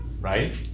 Right